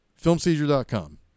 filmseizure.com